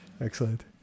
excellent